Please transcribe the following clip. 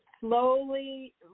slowly